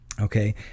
Okay